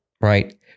right